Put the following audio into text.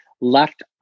left